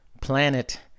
Planet